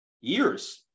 years